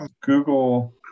Google